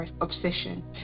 obsession